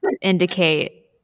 indicate